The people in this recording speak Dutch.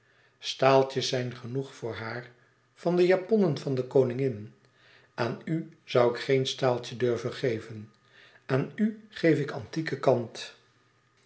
staaltjes zijn genoeg voor haar van de japonnen van de koningin aan u zoû ik geen staaltjes durven geven aan u geef ik antieke kant